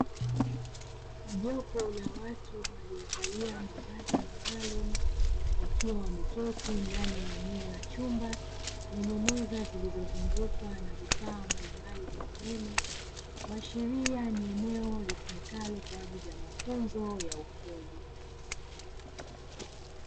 Jopo la watu waliovalia mavazi maalumu wakiwa wameketi ndani ya eneo la chumba chenye meza zilizozungukwa na vifaa mbalimbali vya umeme, kuashiria ni eneo litumikalo kwa ajili ya mafunzo ya ufundi.